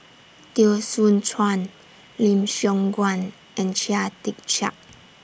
Teo Soon Chuan Lim Siong Guan and Chia Tee Chiak